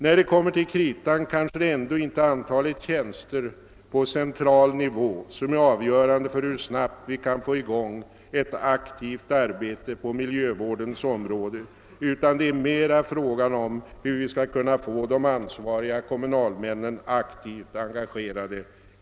När det kommer till kritan kanske det ändå inte är antalet tjänster på central nivå som är avgörande för hur snabbt vi kan få i gång ett aktivt arbete på miljövårdens område, utan det är mera fråga om hur vi skall kunna få de ansvariga kommunalmännen aktivt engagerade.